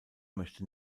möchte